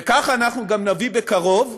ככה אנחנו גם נביא בקרוב,